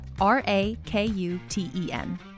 R-A-K-U-T-E-N